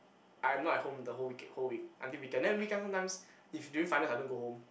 I'm not at home the whole weekend whole week until weekend then weekend sometimes if during final I don't go home